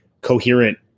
coherent